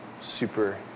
super